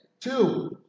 Two